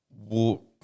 walk